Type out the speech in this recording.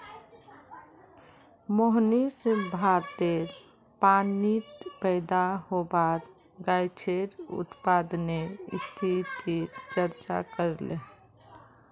मोहनीश भारतेर पानीत पैदा होबार गाछेर उत्पादनेर स्थितिर चर्चा करले